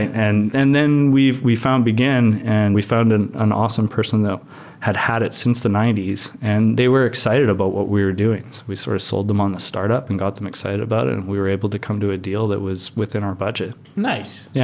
and and then we've we found begin and we found an an awesome person that had had it since the ninety s. and they were excited about what we were doing, so we sort of sold them on the startup and got them excited about it and we were able to come to a deal that was within our budget nice. yeah